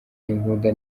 imbunda